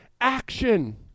action